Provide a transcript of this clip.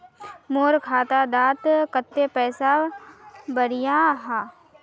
मोर खाता डात कत्ते पैसा बढ़ियाहा?